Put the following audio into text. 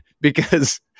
because-